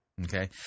Okay